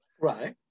Right